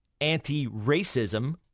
anti-racism